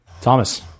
Thomas